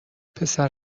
پسر